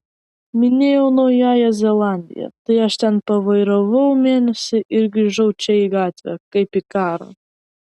minėjau naująją zelandiją tai aš ten pavairavau mėnesį ir grįžau čia į gatvę kaip į karą